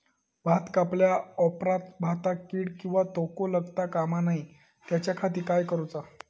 भात कापल्या ऑप्रात भाताक कीड किंवा तोको लगता काम नाय त्याच्या खाती काय करुचा?